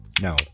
No